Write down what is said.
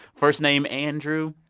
first name andrew